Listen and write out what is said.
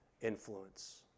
influence